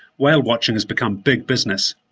whale-watching has become big business.